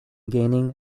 gaining